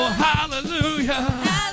hallelujah